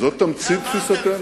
זו תמצית תפיסתנו.